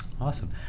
Awesome